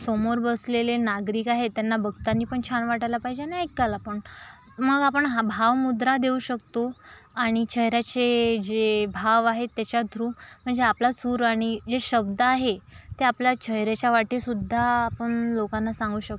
समोर बसलेले नागरिक आहे त्यांना बघताना पण छान वाटायला पाहिजे आणि ऐकताला पण मग आपण भावमुद्रा देऊ शकतो आणि चेहऱ्याचे जे भाव आहे त्याच्या थ्रू म्हणजे आपला सूर आणि जे शब्द आहे ते आपल्या चेहऱ्याच्या वाटे सुद्धा आपण लोकांना सांगू शकतो